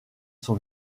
son